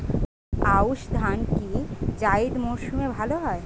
আউশ ধান কি জায়িদ মরসুমে ভালো হয়?